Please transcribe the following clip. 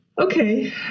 Okay